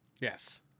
Yes